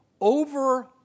over